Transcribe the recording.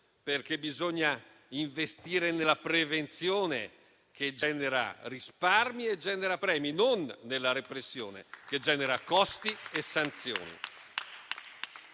Bisogna investire nella prevenzione che genera risparmi e premi, non nella repressione, che genera costi e sanzioni.